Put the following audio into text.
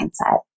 mindset